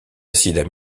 acides